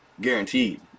Guaranteed